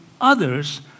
others